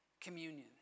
communion